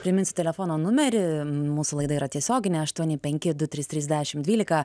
priminsiu telefono numerį mūsų laida yra tiesioginė aštuoni penki du trys trys dešim dvylika